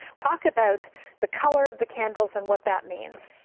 talk about the color of the candles and what that means.